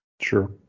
Sure